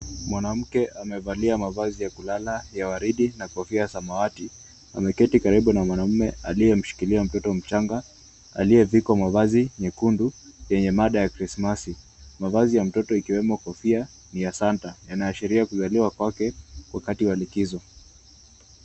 Mwanamke amevalia mavazi ya kulala ya waridi na kofia samawati wameketi karibu na mwanaume aliyemshikilia mtoto mchanga aliyevikwa mavazi nyekundu yenye mada ya krismasi. Mavazi ya mtoto ikiwemo kofia ya Santa yanaashiria kuzaliwa kwake wakati wa likizo.